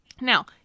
Now